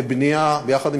ביחד,